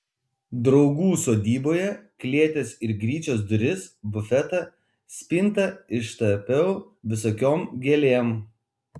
draugų sodyboje klėties ir gryčios duris bufetą spintą ištapiau visokiom gėlėm